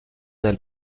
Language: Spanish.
del